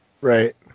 Right